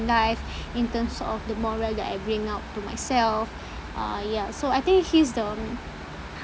life in terms of the moral that I bring up to myself uh ya so I think he's the